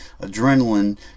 adrenaline